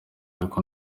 ariko